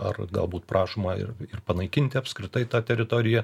ar galbūt prašoma ir panaikinti apskritai tą teritoriją